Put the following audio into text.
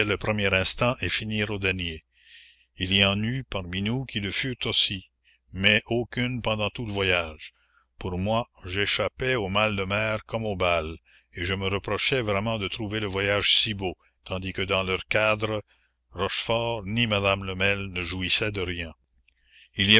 le premier instant et finirent au dernier il y en eut parmi nous qui le furent aussi mais aucune pendant tout le voyage pour moi j'échappais au mal de mer comme aux balles et je me reprochais vraiment de trouver le voyage si beau tandis que dans leurs cadres rochefort ni madame lemel ne jouissaient de rien